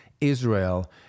Israel